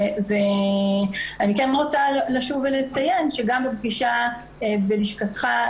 ואני כן רוצה לשוב ולציין שגם בפגישה בלשכתך,